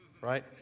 right